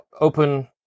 open